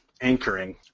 anchoring